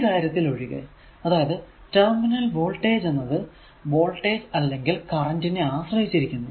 ഒരു കാര്യത്തിൽ ഒഴികെ അതായതു ടെർമിനൽ വോൾടേജ് എന്നത് വോൾടേജ് അല്ലെങ്കിൽ കറന്റ് നെ ആശ്രയിച്ചിരിക്കുന്നു